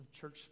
church